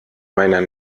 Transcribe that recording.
meiner